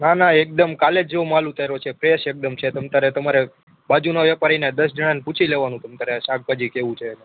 ના ના એકદમ કાલે જ જેવો માલ ઉતાર્યો છે ફ્રેશ એકદમ છે તમ તારે તમારે બાજુના વ્યપારીને દસ જણાને પૂછી લેવાનું તમ તારે શાકભાજી કેવું છે